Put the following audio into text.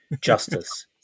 justice